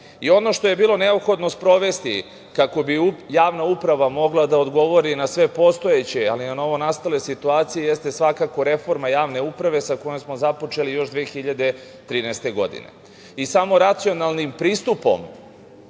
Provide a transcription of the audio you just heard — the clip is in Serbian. što je bilo neophodno sprovesti kako bi javna uprava mogla da odgovori na sve postojeće, ali i na novonastale situacije jeste svakako reforma javne uprave sa kojom smo započeli još 2013. godine. Samo racionalnim pristupom